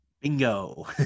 Bingo